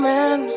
Man